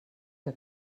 que